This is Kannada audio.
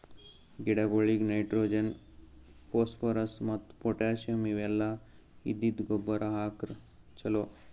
ಗಿಡಗೊಳಿಗ್ ನೈಟ್ರೋಜನ್, ಫೋಸ್ಫೋರಸ್ ಮತ್ತ್ ಪೊಟ್ಟ್ಯಾಸಿಯಂ ಇವೆಲ್ಲ ಇದ್ದಿದ್ದ್ ಗೊಬ್ಬರ್ ಹಾಕ್ರ್ ಛಲೋ